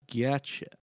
Gotcha